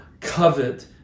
covet